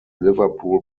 liverpool